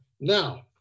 Now